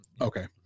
Okay